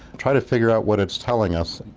try to figure out what it's telling us.